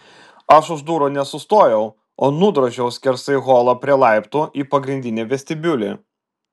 aš už durų nesustojau o nudrožiau skersai holą prie laiptų į pagrindinį vestibiulį